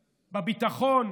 בביטחון,